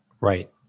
Right